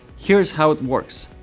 here is how it works.